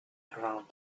around